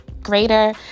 greater